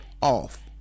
off